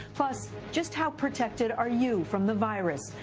plus just how protected are you from the virus?